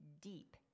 deep